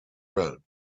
road